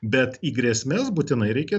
bet į grėsmes būtinai reikia